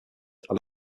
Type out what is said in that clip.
are